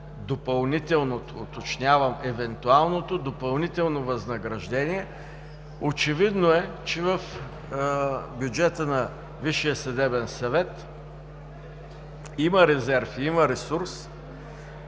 допълнителното, уточнявам, евентуалното допълнително възнаграждение, очевидно е, че в бюджета на Висшия съдебен съвет има резерв,